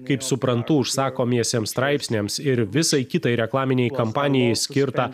kaip suprantu užsakomiesiems straipsniams ir visai kitai reklaminei kampanijai skirta